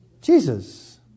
Jesus